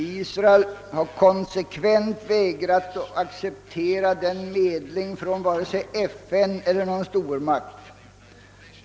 Israel har konsekvent vägrat att acceptera erbjudanden om medling från vare sig FN eller någon stormakt.